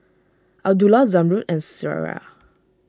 Abdullah Zamrud and Syirah